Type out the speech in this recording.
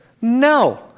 no